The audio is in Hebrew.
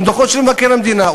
עם הדוחות של מבקר המדינה,